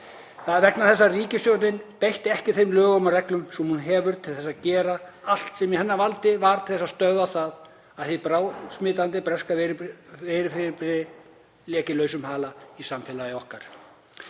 Það er vegna þess að ríkisstjórnin beitti ekki þeim lögum og reglum sem hún hefur til þess að gera allt sem í hennar valdi til að stöðva það að hið bráðsmitandi breska veiruafbrigði léki lausum hala í samfélagi okkar.